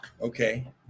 Okay